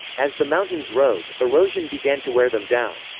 as the mountains rose, erosion began to wear them down.